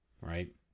right